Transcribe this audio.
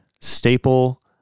staple